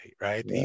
right